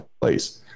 place